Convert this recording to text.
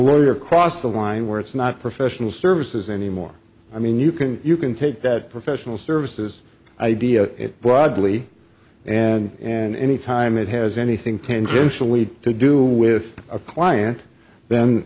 lawyer cross the line where it's not professional services anymore i mean you can you can take that professional services idea broadly and and any time it has anything tangentially to do with a client then